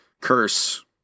curse